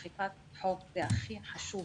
אכיפת חוק זה הכי חשוב.